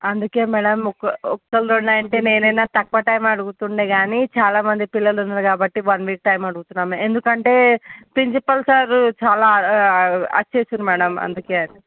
అందుకే మ్యాడమ్ ఒక్క ఒక్కళ్ళది అయింటే నేనైనా తక్కువ టైమ్ అడుగుతుండే గానీ చాలా మంది పిల్లలు ఉన్నారు కాబట్టి వన్ వీక్ టైమ్ అడుగుతున్నా ఎందుకంటే ప్రిన్సిపల్ సార్ చాలా అరిచేస్తున్నారు మ్యాడమ్ అందుకే